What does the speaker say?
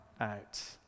out